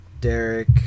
Derek